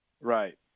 Right